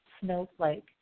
Snowflake